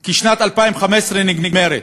כי שנת 2015 נגמרת.